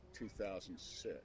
2006